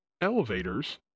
elevators